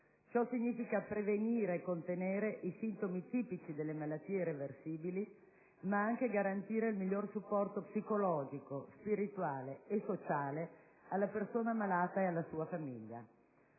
Ciò significa prevenire e contenere i sintomi tipici delle malattie irreversibili, ma anche garantire il miglior supporto psicologico, spirituale e sociale alla persona malata e alla sua famiglia.